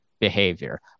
behavior